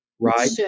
Right